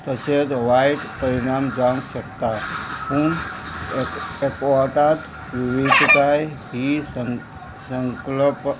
तशेंच वायट परिणाम जावंक शकता पूण एकवटांत विविधताय ही संक संकळपा